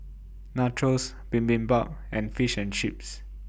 Nachos Bibimbap and Fish and Chips